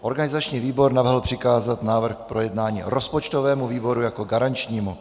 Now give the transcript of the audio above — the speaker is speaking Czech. Organizační výbor navrhl přikázat návrh k projednání rozpočtovému výboru jako garančnímu.